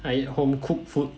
I eat home cooked food